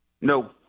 No